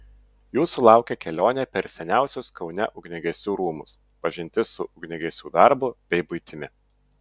jūsų laukia kelionė per seniausius kaune ugniagesių rūmus pažintis su ugniagesiu darbu bei buitimi